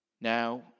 Now